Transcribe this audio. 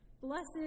Blessed